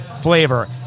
flavor